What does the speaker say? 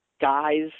Guys